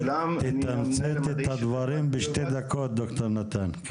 תתמצת את הדברים בשתי דקות שלום לכולם.